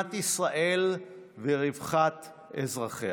מדינת ישראל ורווחת אזרחיה,